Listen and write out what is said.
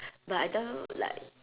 but I tell you like